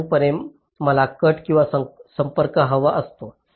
साधारणपणे मला कट किंवा संपर्क हवा असतो